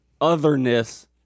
otherness